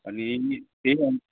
अनि